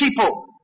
people